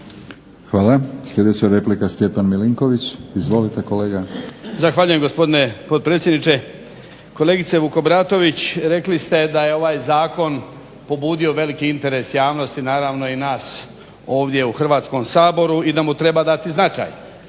Hvala. Sljedeća replika Stjepan Milinković. Izvolite kolega. **Milinković, Stjepan (HDZ)** Zahvaljujem gospodine potpredsjedniče. Kolegice Vukobratović, rekli ste da je ovaj zakon pobudio veliki interes javnosti, naravno i nas ovdje u Hrvatskom saboru i da mu treba dati značaj,